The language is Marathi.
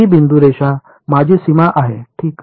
ही बिंदू रेखा माझी सीमा आहे ठीक